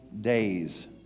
days